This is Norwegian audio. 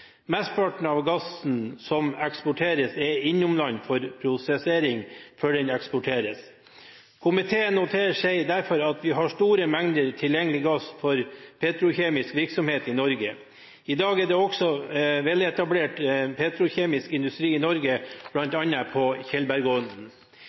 Mesteparten av gassen som eksporteres, er innom land for prosessering før den eksporteres. Komiteen noterer seg derfor at vi har store mengder tilgjengelig gass for petrokjemisk virksomhet i Norge. I dag er det også veletablert petrokjemisk industri i Norge,